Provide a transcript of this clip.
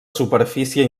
superfície